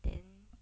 then